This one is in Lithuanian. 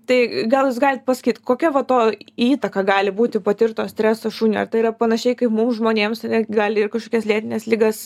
tai gal jūs galit pasakyt kokia va to įtaka gali būti patirto streso šuniui ar tai yra panašiai kaip mum žmonėms net gali ir kažkokias lėtines ligas